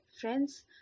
friends